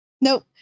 Nope